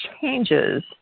changes